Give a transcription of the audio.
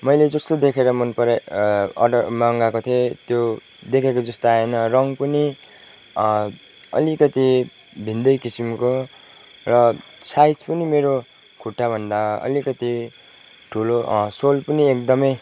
मैले जस्तो देखेर मन पराए अर्डर मगाएको थिएँ त्यो देखेको जस्तो आएन रङ पनि अलिकति भिन्दै किसिमको र साइज पनि मेरो खुट्टाभन्दा अलिकति ठुलो सोल एकदमै